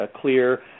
clear